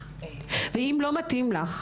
ואם לא מתאים לך,